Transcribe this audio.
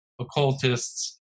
occultists